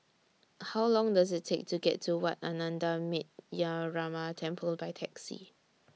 How Long Does IT Take to get to Wat Ananda Metyarama Temple By Taxi